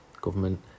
government